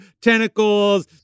tentacles